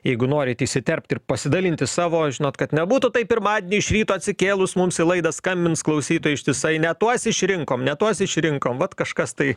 jeigu norit įsiterpt ir pasidalinti savo žinot kad nebūtų taip pirmadienį iš ryto atsikėlus mums į laidą skambins klausytojai ištisai ne tuos išrinkom ne tuos išrinko vat kažkas tai